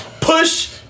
push